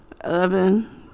oven